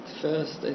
first